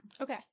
Okay